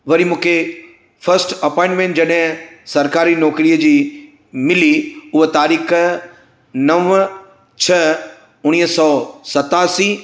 वरी मूंखे first appointment जॾहिं सरकारी नौकिरी जी मिली उहा तारीख़ नव छह उणिवीह सौ सतासी